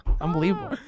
unbelievable